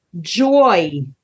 joy